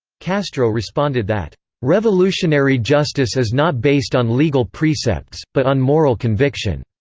castro responded that revolutionary justice is not based on legal precepts, but on moral conviction.